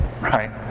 right